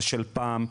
זה של פעם,